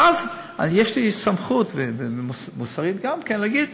ואז, יש לי סמכות, ומוסרית גם כן, להגיד: